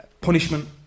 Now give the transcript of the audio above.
punishment